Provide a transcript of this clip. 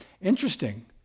Interesting